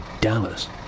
Dallas